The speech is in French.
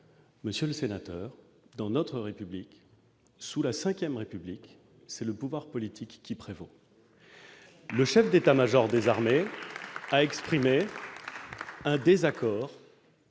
Monsieur le sénateur dans notre République, sous la Vème République, c'est le pouvoir politique qui prévaut. Le chef d'État-Major des armées, a exprimé. Un désaccord.